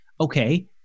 Okay